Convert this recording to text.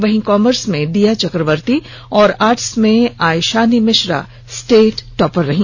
वहीं कॉमर्स में दिया चक्रवर्ती और आर्ट्स में आयशानी मिश्रा स्टेट टॉपर रही